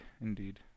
indeed